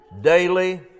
daily